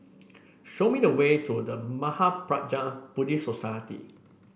show me the way to The Mahaprajna Buddhist Society